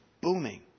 booming